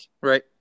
Right